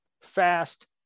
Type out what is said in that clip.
fast